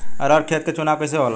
अरहर के खेत के चुनाव कइसे होला?